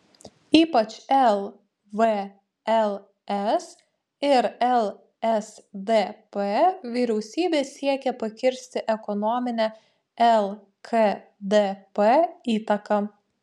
ypač lvls ir lsdp vyriausybė siekė pakirsti ekonominę lkdp įtaką